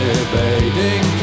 evading